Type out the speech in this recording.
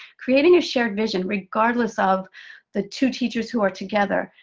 creating a shared vision, regardless of the two teachers who are together,